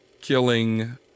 killing